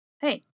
hey